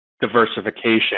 diversification